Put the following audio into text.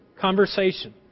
Conversation